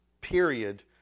period